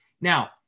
Now